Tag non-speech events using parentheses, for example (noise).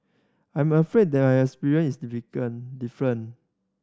I'm afraid there is experience is (unintelligible) different